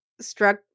struck